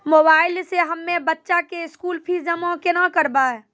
Mobile से हम्मय बच्चा के स्कूल फीस जमा केना करबै?